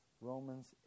Romans